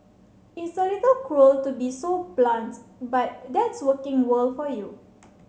it's a little cruel to be so blunt but that's working world for you